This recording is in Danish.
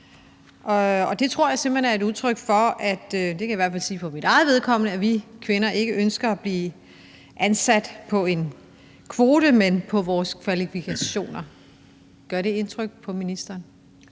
sige for mit eget vedkommende – at vi kvinder ikke ønsker at blive ansat på grund af en kvote, men på grund af vores kvalifikationer. Gør det indtryk på ministeren?